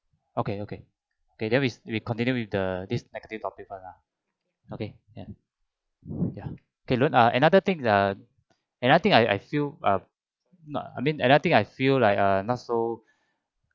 okay okay okay then we we continue with the this negative topic first ah okay ya ya good another thing uh another thing I I feel uh not no I mean another thing I feel like uh not so